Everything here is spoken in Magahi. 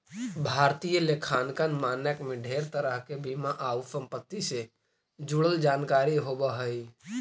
भारतीय लेखांकन मानक में ढेर तरह के बीमा आउ संपत्ति से जुड़ल जानकारी होब हई